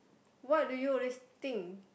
what do you always think